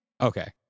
Okay